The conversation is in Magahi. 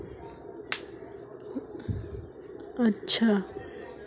मोक मोर चेक बुक डाकेर माध्यम से प्राप्त होइए